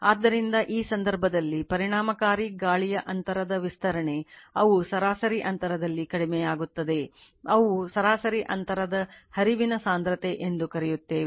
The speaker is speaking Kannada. ಆದ್ದರಿಂದ ಆ ಸಂದರ್ಭದಲ್ಲಿ ಪರಿಣಾಮಕಾರಿ ಗಾಳಿಯ ಅಂತರದ ವಿಸ್ತರಣೆ ಅವು ಸರಾಸರಿ ಅಂತರದಲ್ಲಿ ಕಡಿಮೆಯಾಗುತ್ತವೆ ಅದು ಸರಾಸರಿ ಅಂತರದ ಹರಿವಿನ ಸಾಂದ್ರತೆ ಎಂದು ಕರೆಯುತ್ತೇವೆ